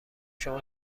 شما